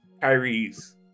Kyrie's